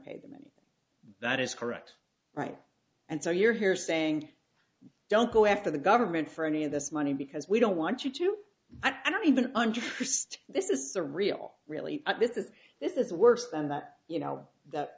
paid the money that is correct right and so you're here saying don't go after the government for any of this money because we don't want you to i don't even under arrest this is the real really this is this is worst and that you know that